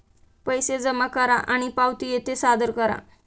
पैसे जमा करा आणि पावती येथे सादर करा